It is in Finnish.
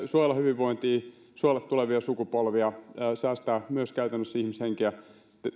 suojella hyvinvointia suojella tulevia sukupolvia ja säästää myös käytännössä ihmishenkiä